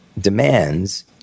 demands